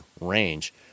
range